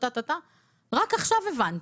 רק עכשיו הבנתי.